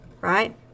Right